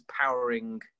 powering